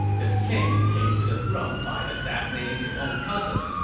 this king came to the throne by assassinating his own cousin.